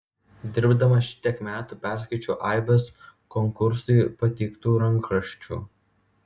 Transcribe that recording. dirbdamas šitiek metų perskaičiau aibes konkursui pateiktų rankraščių